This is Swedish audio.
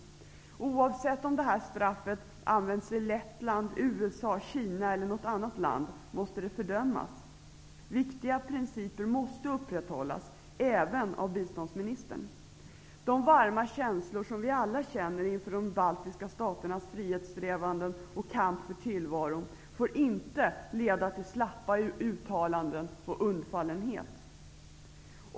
Oavsett om detta straff används i Lettland, USA, Kina eller något annat land måste det fördömas. Viktiga principer måste upprätthållas, även av biståndsministern. De varma känslor som vi alla hyser inför de baltiska staternas frihetssträvanden och kamp för tillvaron får inte leda till slappa uttalanden och undfallenhet.